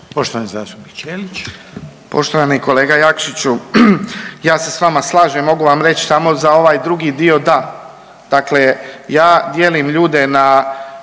Ivan (HDZ)** Poštovani kolega Jakšiću, ja se sa vama slažem. Mogu vam reći samo za ovaj drugi dio da. Dakle, ja dijelim ljude na